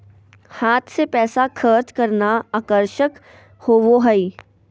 हाथ से पैसा खर्च करना आकर्षक होबो हइ